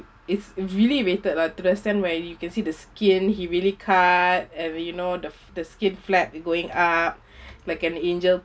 it's really rated lah to the sense where you can see the skin he really cut and you know the the skin flap going up like an angel